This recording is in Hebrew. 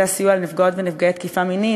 הסיוע לנפגעות ונפגעי תקיפה מינית,